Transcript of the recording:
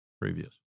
previous